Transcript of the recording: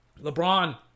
LeBron